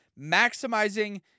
maximizing